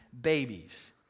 babies